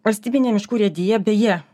valstybinė miškų urėdija beje